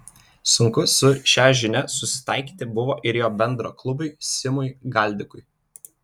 sunku su šia žinia susitaikyti buvo ir jo bendraklubiui simui galdikui